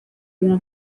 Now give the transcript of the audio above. una